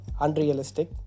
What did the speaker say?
unrealistic